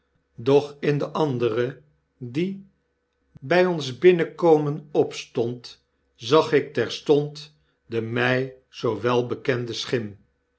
doch in de andere die bij ons binnenkomen opstond zag ik terstond de mij zoo welbekende schim